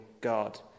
God